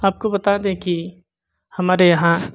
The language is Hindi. आपको बता दे की हमारे यहाँ